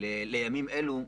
לימים אלה.